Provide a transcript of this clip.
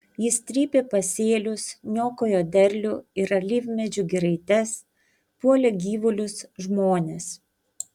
jis trypė pasėlius niokojo derlių ir alyvmedžių giraites puolė gyvulius žmones